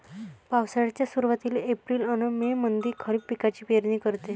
पावसाळ्याच्या सुरुवातीले एप्रिल अन मे मंधी खरीप पिकाची पेरनी करते